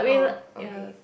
oh okay